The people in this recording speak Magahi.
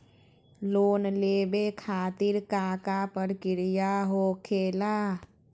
लोन लेवे खातिर का का प्रक्रिया होखेला?